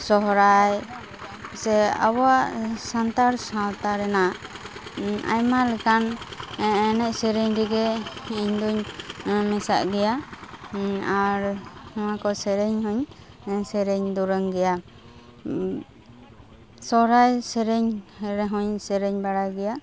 ᱥᱚᱦᱨᱟᱭ ᱥᱮ ᱟᱵᱚᱣᱟᱜ ᱥᱟᱱᱛᱟᱲ ᱥᱟᱶᱛᱟ ᱨᱮᱱᱟᱜ ᱟᱭᱢᱟ ᱞᱮᱠᱟᱱ ᱮ ᱮᱱᱮᱡ ᱥᱮᱨᱮᱧ ᱨᱮᱜᱮ ᱤᱧ ᱫᱚᱧ ᱢᱮᱥᱟᱜ ᱜᱮᱭᱟ ᱟᱨ ᱱᱚᱣᱟ ᱠᱚ ᱥᱮᱨᱮᱧ ᱦᱚᱸᱧ ᱥᱮᱨᱮᱧ ᱫᱩᱨᱟᱹᱝ ᱜᱮᱭᱟ ᱥᱚᱦᱨᱟᱭ ᱥᱮᱨᱮᱧ ᱨᱮᱦᱚᱸᱧ ᱥᱮᱨᱮᱧ ᱵᱟᱲᱟᱭ ᱜᱮᱭᱟ